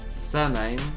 Surname